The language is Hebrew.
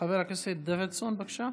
חבר הכנסת דוידסון, בבקשה.